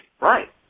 Right